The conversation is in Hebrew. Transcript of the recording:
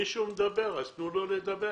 מישהו מדבר, אז תנו לו לדבר.